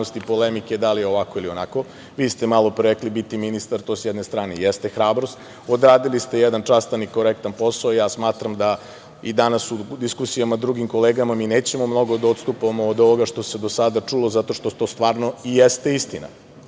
polemike, da li ovako ili onako, i vi ste malopre rekli, biti ministar, to sa jedne strane jeste hrabrost, i odradili ste jedan častan i korektan posao, i ja smatram da i danas u diskusijama, sa drugim kolegama, mi nećemo mnogo da odstupamo od ovoga što se do sada čulo, jer to i jeste istina. Dali